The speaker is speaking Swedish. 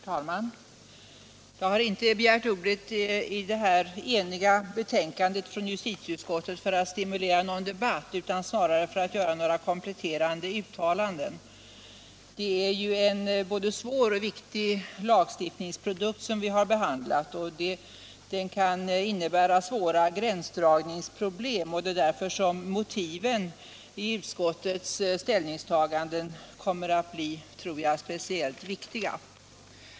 Herr talman! Jag har inte begärt ordet i fråga om detta enhälliga betänkande från justitieutskottet för att stimulera till någon debatt utan snarare för att göra några kompletterande uttalanden. Det är ju en både svår och viktig lagstiftning som vi har behandlat, och den kan innebära besvärliga gränsdragningsproblem. Därför tror jag att motiven till utskottets ställningstaganden kommer att bli speciellt viktiga.